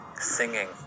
singing